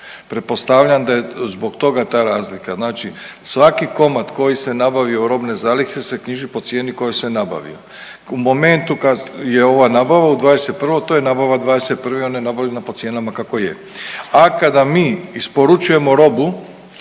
Pretpostavljam da je zbog toga ta razlika. Znači svaki komad koji se nabavio robne zalihe se knjiži po cijeni koji se nabavio. U momentu kad je ova nabava u 2021. to je nabava 2021. ona je nabavljena po cijenama kako je. A kada mi isporučujemo robu,